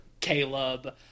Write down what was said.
Caleb